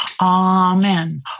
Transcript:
Amen